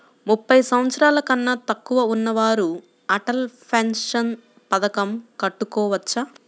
ముప్పై సంవత్సరాలకన్నా తక్కువ ఉన్నవారు అటల్ పెన్షన్ పథకం కట్టుకోవచ్చా?